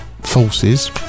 forces